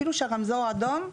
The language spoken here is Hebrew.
אפילו שהרמזור אדום,